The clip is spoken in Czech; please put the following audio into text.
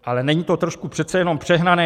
Ale není to trošku přece jenom přehnané?